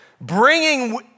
Bringing